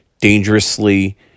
Dangerously